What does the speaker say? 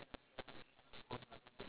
oh I can't stand the cetaphil one